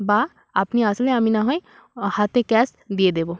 বা আপনি আসলে আমি না হয় হাতে ক্যাশ দিয়ে দেব